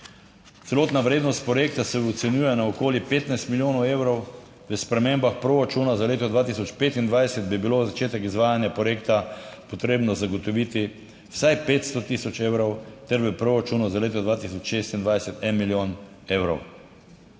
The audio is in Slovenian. Celotna vrednost projekta se ocenjuje na okoli 15 milijonov evrov. V spremembah proračuna za leto 2025 bi bilo za začetek izvajanja projekta potrebno zagotoviti vsaj 500 tisoč evrov ter v proračunu za leto 2026 - 1 milijon evrov.